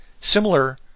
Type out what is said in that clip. similar